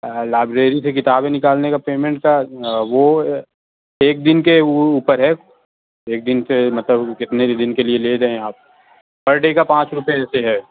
library سے کتابیں نکالنے کا پیمنٹ کا وہ ایک دن کے اوپر ہے ایک دن سے مطلب کتنے دن کے لیے لے دیں آپ پر ڈے کا پانچ روپے سے ہے